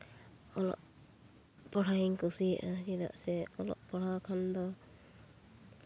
ᱚᱞᱚᱜ ᱯᱟᱲᱦᱟᱣᱤᱧ ᱠᱩᱥᱤᱭᱟᱜᱼᱟ ᱪᱮᱫᱟᱜ ᱥᱮ ᱚᱞᱚᱜ ᱯᱟᱲᱦᱟᱣ ᱠᱷᱟᱱ ᱫᱚ